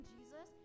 Jesus